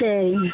சரி